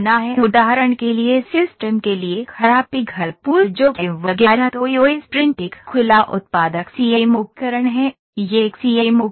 उदाहरण के लिए सिस्टम के लिए खराब पिघल पूल जोखिम वगैरह तो ईओएस प्रिंट एक खुला उत्पादक सीएएम उपकरण है यह एक सीएएम उपकरण है